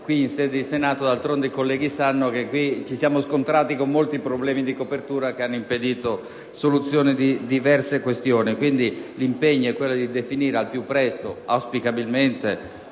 Qui in Senato, d'altronde, i colleghi sanno che ci siamo scontrati con molti problemi di copertura, che hanno impedito la soluzione di diverse questioni. L'impegno è quello di definire il problema al più presto (auspicabilmente,